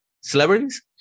celebrities